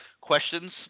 questions